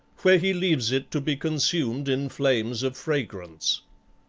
where he leaves it to be consumed in flames of fragrance.